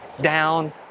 down